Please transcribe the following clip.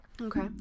Okay